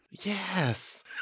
yes